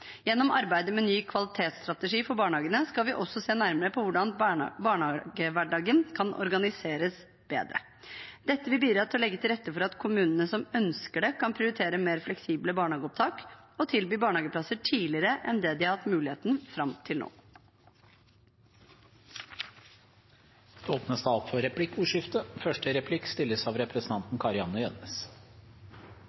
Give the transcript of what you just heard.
Gjennom arbeidet med ny kvalitetsstrategi for barnehagene skal vi også se nærmere på hvordan barnehagehverdagen kan organiseres bedre. Dette vil bidra til å legge til rette for at kommunene som ønsker det, kan prioritere mer fleksible barnehageopptak og tilby barnehageplasser tidligere enn de har hatt mulighet til fram til nå. Det blir replikkordskifte. Takk for